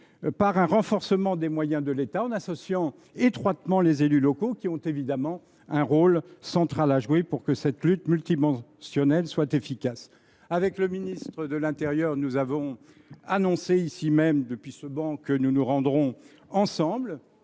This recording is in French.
par un renforcement des moyens de l’État. Il faudra associer étroitement les élus locaux, qui ont évidemment un rôle central à jouer pour que cette lutte multidimensionnelle soit efficace. Avec le ministre de l’intérieur, j’ai annoncé ici même, depuis ce banc, que nous nous rendrions ensemble